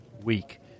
week